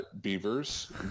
Beavers